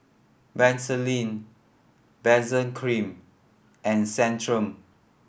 Vaselin Benzac Cream and Centrum